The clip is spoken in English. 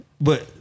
but-